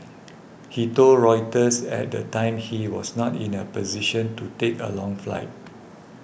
he told Reuters at the time he was not in a position to take a long flight